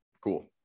cool